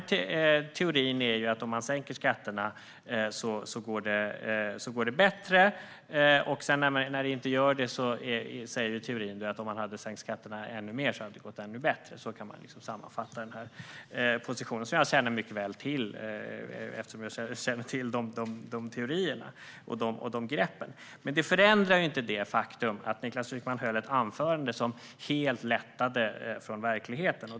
Teorin är att om man sänker skatterna går det bättre, och när det inte gör det säger teorin att om man hade sänkt skatterna ännu mer hade det gått bättre. Så kan man sammanfatta den här positionen som jag känner mycket väl till eftersom jag känner till teorierna och greppen. Men det förändrar inte det faktum att Niklas Wykman höll ett anförande som helt lättade från verkligheten.